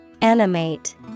Animate